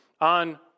on